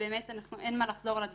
ובאמת אין מה לחזור על הדברים.